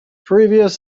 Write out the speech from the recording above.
previous